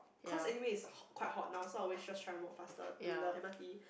cause anyways it's ho~ quite hot now so I always just try to walk faster to the M_R_T